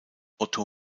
otto